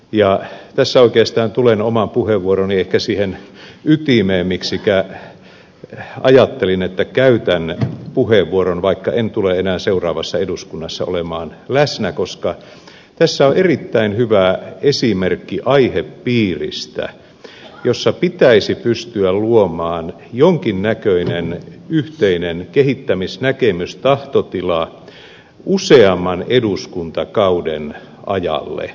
tässä oikeastaan ehkä tulen siihen oman puheenvuoroni ytimeen miksikä ajattelin että käytän puheenvuoron vaikka en tule enää seuraavassa eduskunnassa olemaan läsnä koska tässä on erittäin hyvä esimerkki aihepiiristä jossa pitäisi pystyä luomaan jonkin näköinen yhteinen kehittämisnäkemys tahtotila useamman eduskuntakauden ajalle